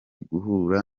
guhura